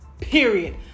Period